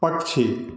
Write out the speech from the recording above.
पक्षी